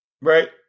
Right